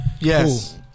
Yes